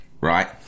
right